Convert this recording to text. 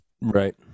Right